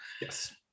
yes